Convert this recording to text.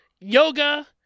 yoga